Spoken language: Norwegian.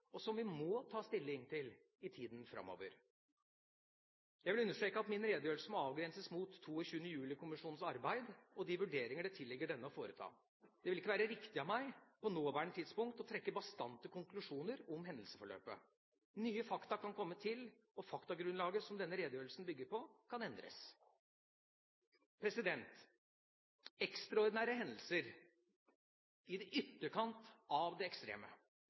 og som vi må ta stilling til i tida framover. Jeg vil understreke at min redegjørelse må avgrenses mot 22. juli-kommisjonens arbeid og de vurderinger det tilligger denne å foreta. Det vil ikke være riktig av meg på nåværende tidspunkt å trekke bastante konklusjoner om hendelsesforløpet. Nye fakta kan komme til, og faktagrunnlaget som denne redegjørelsen bygger på, kan endres. Ekstraordinære hendelser i ytterkant av det ekstreme